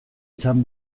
izan